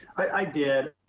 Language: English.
i did,